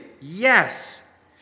Yes